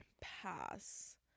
Pass